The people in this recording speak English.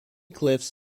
cliffs